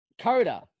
Coda